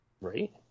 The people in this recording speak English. Right